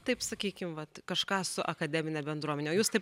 taip sakykim vat kažką su akademine bendruomene jūs taip